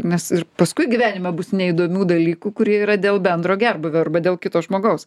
nes paskui gyvenime bus neįdomių dalykų kurie yra dėl bendro gerbūvio arba dėl kito žmogaus